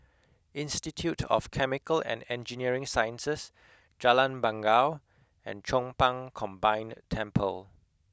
Institute of Chemical and Engineering Sciences Jalan Bangau and Chong Pang Combined Temple